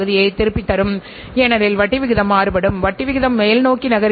அவர்கள் தங்களைத் தவறாமல் மதிப்பீடு செய்து கொண்டே இருக்க வேண்டும்